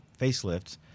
facelifts